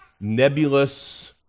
nebulous